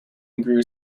grew